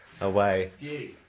away